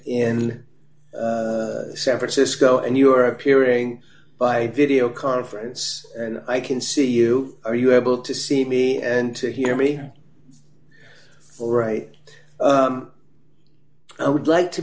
in san francisco and you are appearing by video conference and i can see you are you able to see me and to hear me all right i would like to